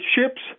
ships